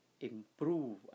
improve